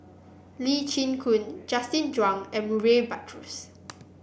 Lee Chin Koon Justin Zhuang and Murray Buttrose